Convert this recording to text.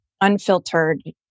unfiltered